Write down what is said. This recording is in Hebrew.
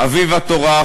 "אביב התורה",